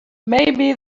maybe